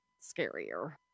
scarier